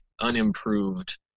unimproved